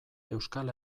euskal